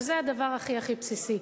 שזה הדבר הכי הכי בסיסי.